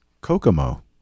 Kokomo